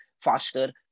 faster